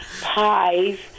pies